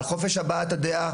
על חופש הבעת הדעה,